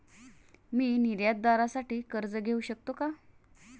मी निर्यातदारासाठी कर्ज घेऊ शकतो का?